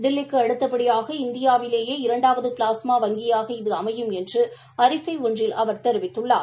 தில்லிக்கு அடுத்தபடியாக இந்தியாவிலேயே இரண்டாவது ப்ளாஸ்மா வங்கியாக இது அமையும் என்று அறிக்கை ஒன்றில் அவர் தெரிவித்துள்ளார்